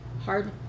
hard